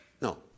No